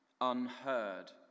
unheard